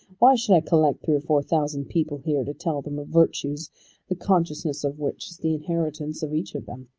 why should i collect three or four thousand people here to tell them of virtues the consciousness of which is the inheritance of each of them?